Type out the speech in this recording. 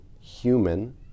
human